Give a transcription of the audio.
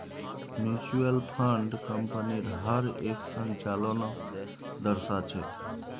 mutual fund कम्पनीर हर एक संचालनक दर्शा छेक